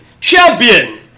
Champion